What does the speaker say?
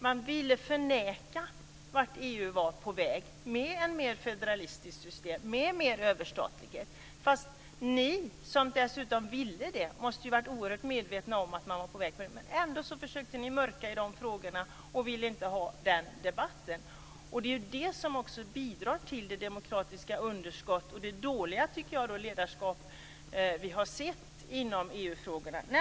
Man ville förneka vart EU var på väg, dvs. mot ett mer federalistiskt system, mer överstatlighet. Ni som ville det måste ha varit oerhört medvetna om att EU var på väg dit. Ändå försökte ni mörka i de frågorna och ville inte ha den debatten. Det är detta som bidrar till det demokratiska underskottet och det dåliga ledarskapet inom EU.